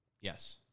Yes